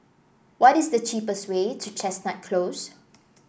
what is the cheapest way to Chestnut Close